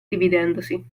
dividendosi